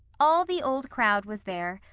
all the old crowd was there,